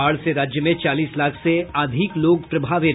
बाढ़ से राज्य में चालीस लाख से अधिक लोग प्रभावित